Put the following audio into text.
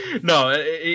No